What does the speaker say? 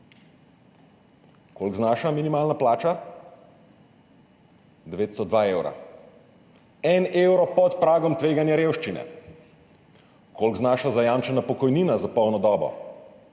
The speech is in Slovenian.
Koliko znaša minimalna plača? 902 evra. En evro pod pragom tveganja revščine. Koliko znaša zajamčena pokojnina za polno dobo?